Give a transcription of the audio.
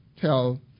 tell